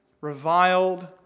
reviled